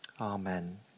Amen